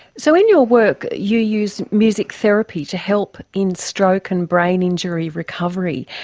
so in your work you use music therapy to help in stroke and brain injury recovery.